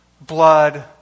blood